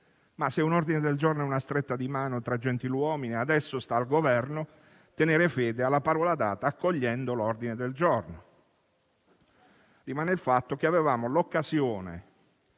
ma, se un ordine del giorno è una stretta di mano tra gentiluomini, adesso sta al Governo tenere fede alla parola data, accogliendo l'ordine del giorno. Rimane il fatto che con